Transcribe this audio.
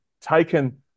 taken